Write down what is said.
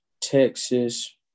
Texas